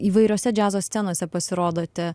įvairiose džiazo scenose pasirodote